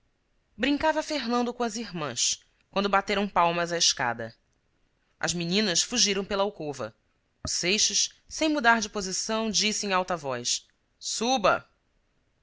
brincava fernando com as irmãs quando bateram palmas à escada as meninas fugiram pela alcova o seixas sem mudar de posição disse em alta voz suba